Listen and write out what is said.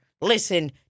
listen